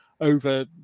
over